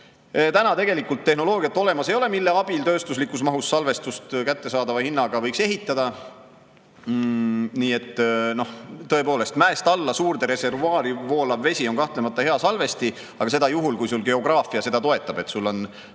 Täna tegelikult sellist tehnoloogiat olemas ei ole, mille abil tööstuslikus mahus salvestust kättesaadava hinnaga võiks ehitada. Nii et tõepoolest, mäest alla suurde reservuaari voolav vesi on kahtlemata hea salvesti, aga seda juhul, kui geograafia seda toetab, kui on